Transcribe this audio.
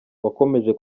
wakomeje